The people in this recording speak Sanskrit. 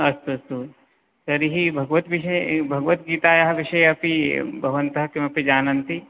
अस्तु अस्तु तर्हि भगवद् विषये भगवद्गीतायाः विषये अपि भवन्तः किमपि जानन्ति